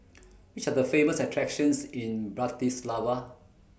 Which Are The Famous attractions in Bratislava